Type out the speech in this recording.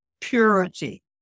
purity